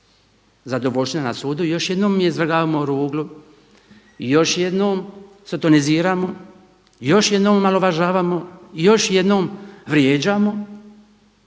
zadovoljština na sudu još jednom izvrgavamo ruglu i još jednom sotoniziramo i još jednom omalovažavamo i još jednom vrijeđamo